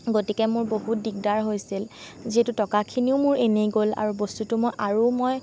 গতিকে মোৰ বহুত দিগদাৰ হৈছিল যিহেতু টকাখিনিও মোৰ এনেই গ'ল আৰু বস্তুটো মোৰ আৰু মই